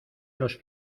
los